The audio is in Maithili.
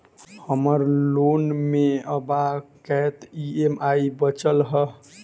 हम्मर लोन मे आब कैत ई.एम.आई बचल ह?